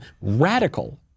radical